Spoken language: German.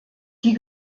die